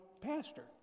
pastor